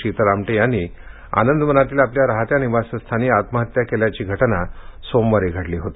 शीतल आमटे यांनी आनंदवनातील आपल्या राहत्या निवासस्थानी आत्महत्या केल्याची घटना सोमवारी घडली होती